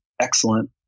excellent